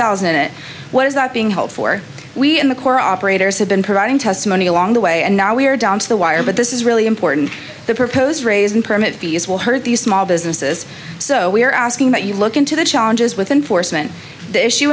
thousand and it was not being held for we in the core operators have been providing testimony along the way and now we are down to the wire but this is really important the proposed raising permit fees will hurt these small businesses so we are asking that you look into the challenges with enforcement